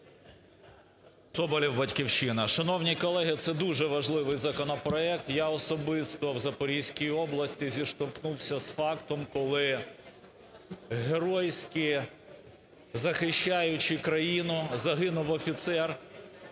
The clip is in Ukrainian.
Соболєв, "Батьківщина". Шановні колеги, це дуже важливий законопроект. Я особисто в Запорізькій області зіштовхнувся з фактом, коли геройські захищаючи країну загинув офіцер,